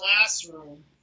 classroom